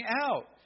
out